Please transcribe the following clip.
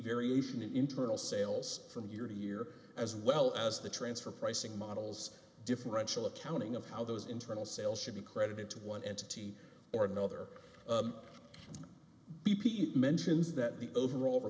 variation in internal sales from year to year as well as the transfer pricing models differential accounting of how those internal sales should be credited to one entity or another b p it mentions that the over